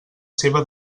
seva